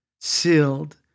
sealed